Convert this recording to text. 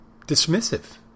dismissive